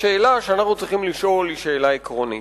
השאלה שאנחנו צריכים לשאול היא שאלה עקרונית,